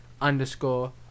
underscore